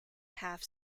half